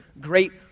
great